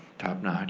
top notch